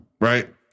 right